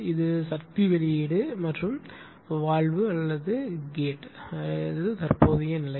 இது சக்தி வெளியீடு மற்றும் வால்வு அல்லது கேட் தற்போதைய நிலை